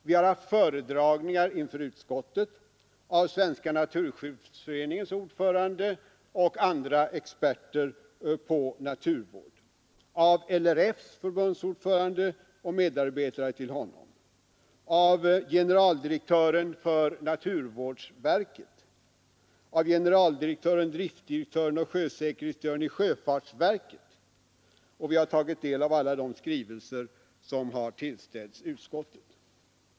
Vi har haft föredragningar inför utskottet av Svenska naturskyddsföreningens ordförande och andra experter på naturvård, LRF:s förbundsordförande och medarbetare till honom, generaldirektören för naturvårdsverket, generaldirektören, driftdirektören och sjösäkerhetsdirektören i sjöfartsverket, och vi har tagit del av alla de skrivelser som tillställts utskottet.